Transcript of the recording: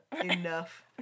enough